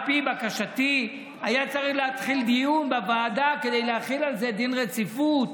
על פי בקשתי היה צריך להתחיל דיון בוועדה כדי להחיל על זה דין רציפות,